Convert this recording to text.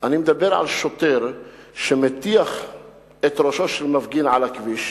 אני מדבר על שוטר שמטיח את ראשו של מפגין על הכביש,